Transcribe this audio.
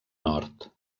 nord